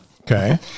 Okay